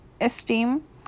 esteem